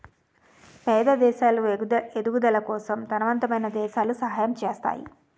పేద దేశాలు ఎదుగుదల కోసం తనవంతమైన దేశాలు సహాయం చేస్తాయి